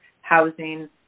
housing